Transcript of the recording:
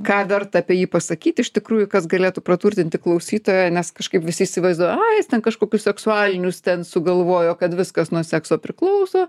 ką verta apie jį pasakyti iš tikrųjų kas galėtų praturtinti klausytoją nes kažkaip visi įsivaizduoja ai jis ten kažkokius seksualinius ten sugalvojo kad viskas nuo sekso priklauso